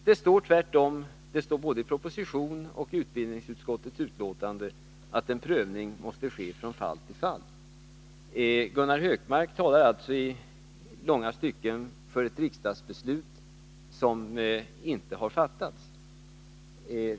Det står tvärtom både i propositionen och i utbildningsutskottets betänkande att en prövning måste ske från fall till fall. Gunnar Hökmark talar alltså i långa stycken för ett riksdagsbeslut som inte har fattats.